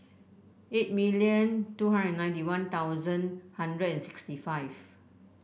eight million two hundred and ninety One Thousand hundred and sixty five